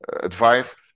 advice